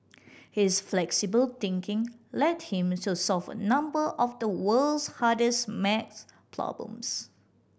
his flexible thinking led him to solve a number of the world's hardest maths problems